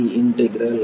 ఈ ఇంటిగ్రల్